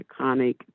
iconic